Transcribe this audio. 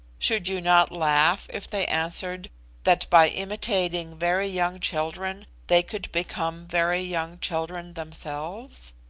should you not laugh if they answered that by imitating very young children they could become very young children themselves?